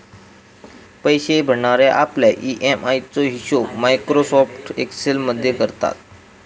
पैशे भरणारे आपल्या ई.एम.आय चो हिशोब मायक्रोसॉफ्ट एक्सेल मध्ये करता